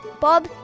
Bob